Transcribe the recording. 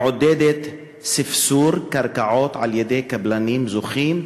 מעודדת ספסור בקרקעות על-ידי קבלנים זוכים,